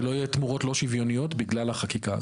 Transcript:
שלא יהיו תמורות לא שוויוניות בגלל החקיקה הזאת.